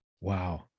Wow